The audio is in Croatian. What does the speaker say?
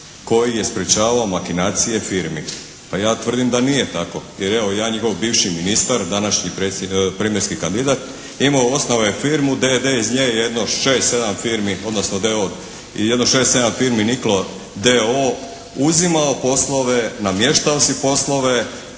koji je sprječavao makinacije firmi. Pa ja tvrdim da nije tako. Jer evo jedan njihov bivši ministar, današnji premijerski kandidat je imao, osnovao je firmu d.d. iz nje jedno 6, 7 firmi, odnosno d.o.o. i jedno 6, 7 firmi niklo d.o.o. uzimao poslove, namještao si poslove